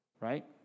Right